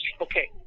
Okay